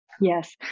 Yes